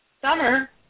summer